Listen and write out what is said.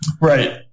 Right